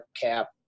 cap